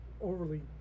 overly